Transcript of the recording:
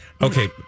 Okay